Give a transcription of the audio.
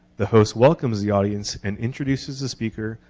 the host welcomes the audience and introduces the speaker,